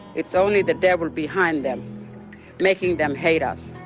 it's only the devil behind them making them hate us.